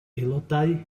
aelodau